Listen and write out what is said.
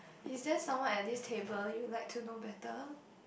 is there someone at this table you'd like to know better